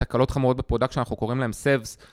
תקלות חמורות בפרודקט שאנחנו קוראים להם סבס